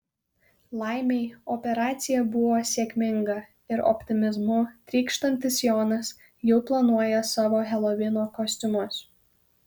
laimei operacija buvo sėkminga ir optimizmu trykštantis jonas jau planuoja savo helovino kostiumus